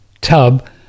tub